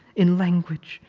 in language.